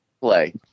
play